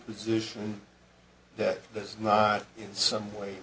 position that there's not some way